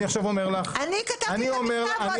אני עכשיו אומר לך --- אני לא מבינה,